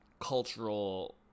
cultural